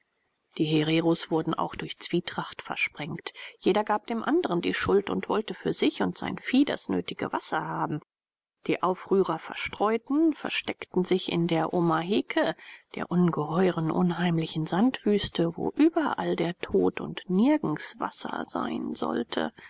die hereros wurden auch durch zwietracht versprengt jeder gab dem andren die schuld und wollte für sich und sein vieh das nötige wasser haben die aufrührer verstreuten versteckten sich in der omaheke der ungeheuren unheimlichen sandwüste wo überall der tod und nirgends wasser sein sollte